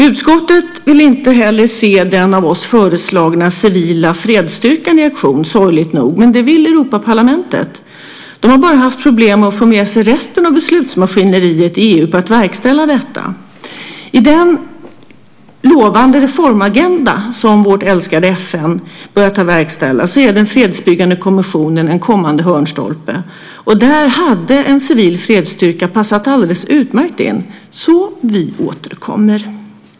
Utskottet vill inte heller se den av oss föreslagna civila fredsstyrkan i aktion, sorgligt nog. Men det vill Europaparlamentet. Man har bara haft problem att få med sig resten av beslutsmaskineriet i EU för att verkställa detta. På den lovande reformagenda som vårt älskade FN börjat verkställa är den fredsbyggande kommissionen en kommande hörnstolpe. Och där hade en civil fredsstyrka passat in alldeles utmärkt. Vi återkommer därför.